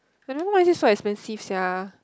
I don't know why is it so expensive sia